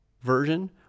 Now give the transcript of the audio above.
version